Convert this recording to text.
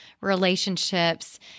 relationships